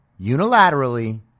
unilaterally